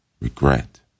regret